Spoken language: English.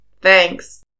thanks